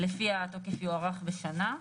לפיה התוקף יוארך בשנה.